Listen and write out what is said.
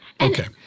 Okay